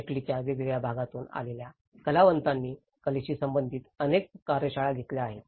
इटलीच्या वेगवेगळ्या भागातून आलेल्या कलावंतांनी कलेशी संबंधित अनेक कार्यशाळा घेतल्या आहेत